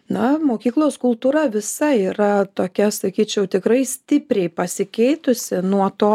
na mokyklos kultūra visa yra tokia sakyčiau tikrai stipriai pasikeitusi nuo to